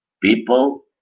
People